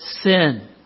sin